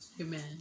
amen